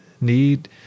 need